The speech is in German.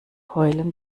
heulen